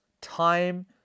time